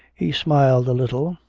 he smiled a little,